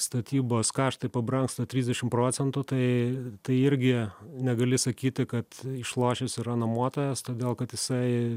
statybos kaštai pabrangsta trisdešim procentų tai tai irgi negali sakyti kad išlošęs yra nuomotojas todėl kad jisai